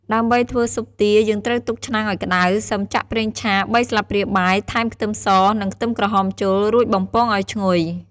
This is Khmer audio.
ដើម្បីធ្វើស៊ុបទា យើងត្រូវទុកឆ្នាំងឱ្យក្ដៅ សឹមចាក់ប្រេងឆា ៣ស្លាបព្រាបាយ ថែម ខ្ទឹមស និង ខ្ទឹមក្រហមចូល រួចបំពងឱ្យឈ្ងុយ។